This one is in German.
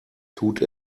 tut